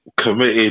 committed